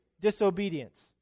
disobedience